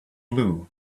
blue